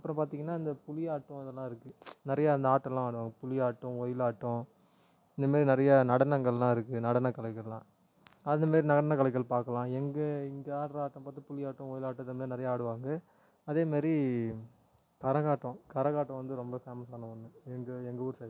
அப்புறம் பார்த்தீங்கன்னா இந்த புலியாட்டம் இதெல்லாம் இருக்குது நிறையா இந்த ஆட்டெமெல்லாம் ஆடுவாங்க புலியாட்டம் ஒயிலாட்டம் இந்தமாரி நிறையா நடனங்களெலாம் இருக்கும் நடன கலைகளெலாம் அதுமாரி நடன கலைகள் பார்க்கலாம் எங்கே இங்கே ஆடுகிற ஆட்டம் பார்த்தா புலியாட்டம் ஒயிலாட்டம் இதமாரி நிறையா ஆடுவாங்க அதேமாரி கரகாட்டம் கரகாட்டம் வந்து ரொம்ப ஃபேமஸான ஒன்று எங்கள் எங்கள் ஊர் சைடில்